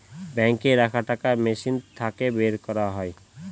বাঙ্কে রাখা টাকা মেশিন থাকে বের করা যায়